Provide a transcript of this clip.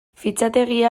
fitxategia